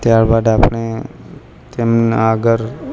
ત્યારબાદ આપણે તેમ આગળ